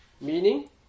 Meaning